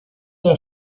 der